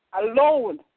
alone